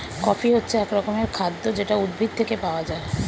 coffee হচ্ছে এক রকমের খাদ্য যেটা উদ্ভিদ থেকে পাওয়া যায়